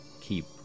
keep